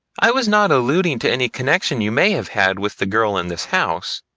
i was not alluding to any connection you may have had with the girl in this house,